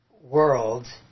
world